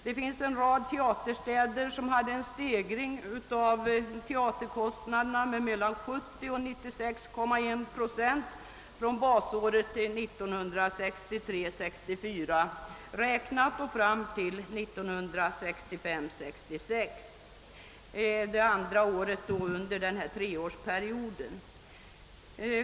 Det finns en rad teaterstäder som hade en stegring av teaterkostnaderna med mellan 70 och 96,1 procent från basåret räknat fram till 1965/66.